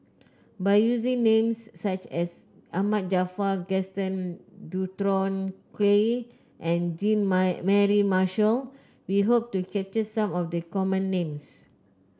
by using names such as Ahmad Jaafar Gaston Dutronquoy and Jean Mary Marshall we hope to capture some of the common names